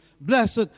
Blessed